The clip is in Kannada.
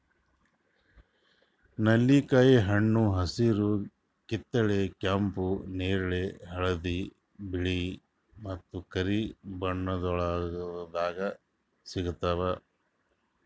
ನೆಲ್ಲಿಕಾಯಿ ಹಣ್ಣ ಹಸಿರು, ಕಿತ್ತಳೆ, ಕೆಂಪು, ನೇರಳೆ, ಹಳದಿ, ಬಿಳೆ ಮತ್ತ ಕರಿ ಬಣ್ಣಗೊಳ್ದಾಗ್ ಸಿಗ್ತಾವ್